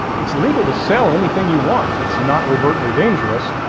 it's legal to sell anything you want that's not overtly dangerous,